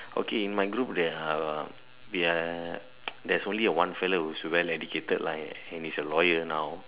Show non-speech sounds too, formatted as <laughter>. okay in my group there are there are <noise> there is only like one fellow who is very educated lah and he is a lawyer now